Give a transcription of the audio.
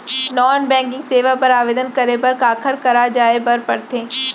non banking सेवाएं बर आवेदन करे बर काखर करा जाए बर परथे